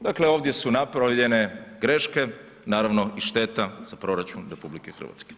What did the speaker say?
Dakle, ovdje su napravljene greške, naravno i šteta za proračun RH.